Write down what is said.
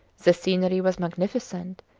the scenery was magnificent,